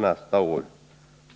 Nästa år